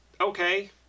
okay